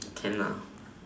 can lah